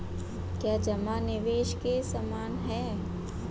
क्या जमा निवेश के समान है?